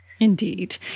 Indeed